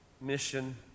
mission